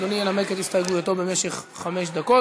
אדוני ינמק את הסתייגותו במשך חמש דקות,